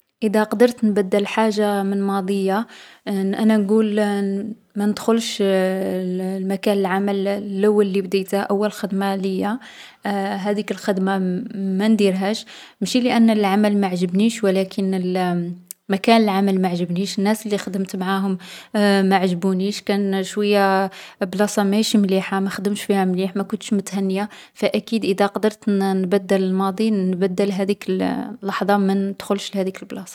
ما نبدل والو في ماضيّا لاخاطش كل حاجة فاتت عليا علمتني حاجة. حتى الحاجات لي ماشي ملاح علموني دروس و بدلو من شخصيتي.